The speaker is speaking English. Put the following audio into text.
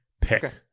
pick